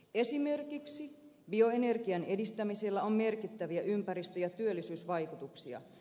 esimerkiksi bioenergian edistämisellä on merkittäviä ympäristö ja työllisyysvaikutuksia